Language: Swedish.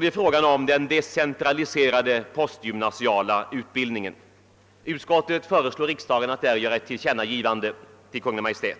Det är frågan om den decentraliserade postgymnasiala utbildningen. Utskottet föreslår riksdagen att göra ett tillkännagivande till Kungl. Maj:t.